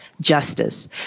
justice